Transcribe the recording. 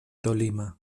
tolima